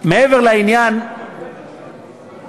מעבר לעניין הכספי,